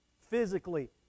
physically